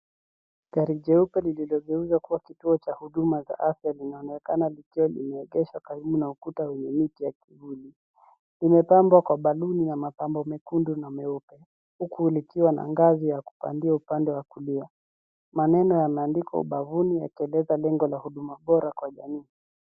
Gari jeupe lililogeuzwa kuwa kituo cha huduma za afya linaonekana likiwa limeegeshwa karibu na ukuta wenye miti ya kivuli limepambwa kwa baluni na mapambo mekundu na meupe huku likiwa na ngazi ya kupandia upande wa kulia maneno yameandikwa ubavuni yakieleza lengo la huduma bora kwa jamii